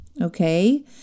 Okay